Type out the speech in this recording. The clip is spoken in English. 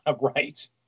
right